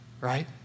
right